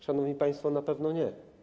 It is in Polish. Szanowni państwo, na pewno nie.